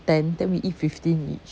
ten then we eat fifteen each